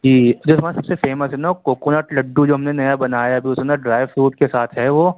جی جو ہمارا سب سے فیمس ہے نا وہ کوکونٹ لڈو جو ہم نے نیا بنایا ہے ابھی اسے نا ڈرائی فروٹ کے ساتھ ہے وہ